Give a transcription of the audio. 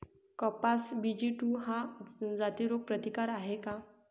कपास BG two ह्या जाती रोग प्रतिकारक हाये का?